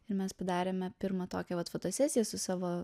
ir mes padarėme pirmą tokią vat fotosesiją su savo